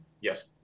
Yes